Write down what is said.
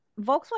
Volkswagen